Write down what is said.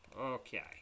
Okay